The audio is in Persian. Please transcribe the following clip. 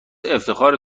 افتخاره